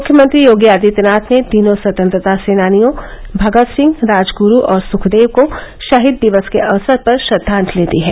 मुख्यमंत्री योगी आदित्यनाथ ने तीनों स्वतंत्रता सेनानियो भगत सिंह राजग्रू और सुखदेव को शहीद दिवस के अवसर पर श्रद्वांजलि दी है